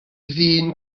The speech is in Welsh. ddyn